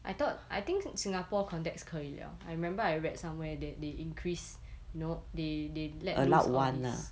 I thought I think singapore context 可以 liao I remember I read somewhere that they increase you know they they let loose all this